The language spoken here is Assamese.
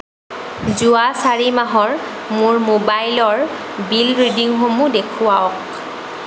যোৱা চাৰি মাহৰ মোৰ মোবাইলৰ বিল ৰিডিংসমূহ দেখুৱাওক